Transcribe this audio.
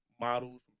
models